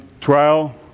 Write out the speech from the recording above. trial